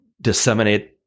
disseminate